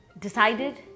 decided